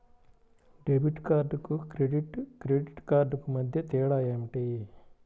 Debit కార్డుకు credit credit కార్డుకు మధ్య తేడా ఏమిటీ?